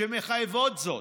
שמחייבות זאת,